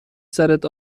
سرت